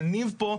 של ניב פה,